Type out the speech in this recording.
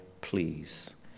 please